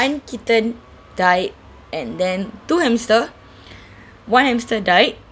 kitten died and then two hamster one hamster died